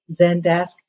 Zendesk